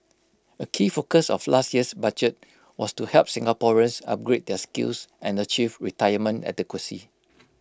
A key focus of last year's budget was to help Singaporeans upgrade their skills and achieve retirement adequacy